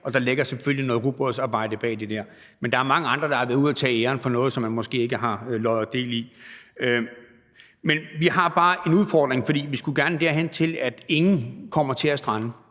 og der ligger selvfølgelig noget rugbrødsarbejde bag det der. Men der er mange andre, der har været ude at tage æren for noget, som man måske ikke har lod og del i. Men vi har bare en udfordring, for vi skulle gerne derhen, hvor ingen kommer til at strande